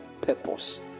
purpose